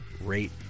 rate